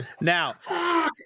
Now